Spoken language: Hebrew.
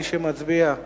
מי שמצביע בעד,